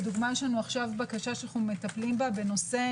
לדוגמה, יש לנו עכשיו בקשה שאנחנו מטפלים בה בנושא